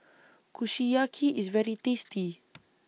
Kushiyaki IS very tasty